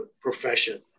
profession